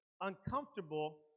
uncomfortable